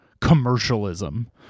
commercialism